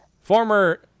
Former